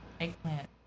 Eggplant